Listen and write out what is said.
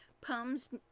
poems